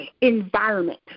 environment